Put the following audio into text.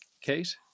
kate